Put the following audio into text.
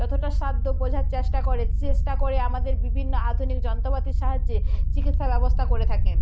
যতটা সাধ্য বোঝার চেষ্টা করে চেষ্টা করে আমাদের বিভিন্ন আধুনিক যন্ত্রপাতির সাহায্যে চিকিৎসা ব্যবস্থা করে থাকেন